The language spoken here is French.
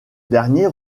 dernier